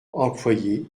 employé